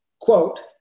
quote